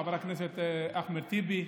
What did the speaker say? חבר הכנסת אחמד טיבי,